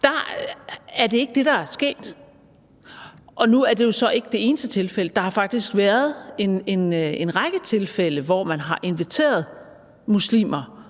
er det ikke det, der er sket. Nu er det jo så ikke det eneste tilfælde. Der har faktisk været en række tilfælde, hvor man har inviteret muslimer